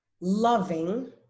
loving